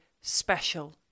special